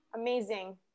amazing